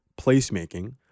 placemaking